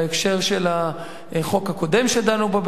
להקשר של החוק הקודם שדנו בו,